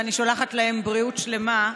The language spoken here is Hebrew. ואני שולחת להם בריאות שלמה,